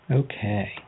okay